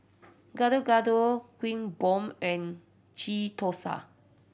Gado Gado Kuih Bom and Ghee Thosai